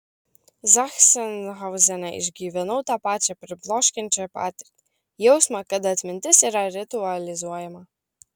zachsenhauzene išgyvenau tą pačią pribloškiančią patirtį jausmą kad atmintis yra ritualizuojama